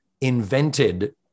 invented